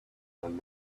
own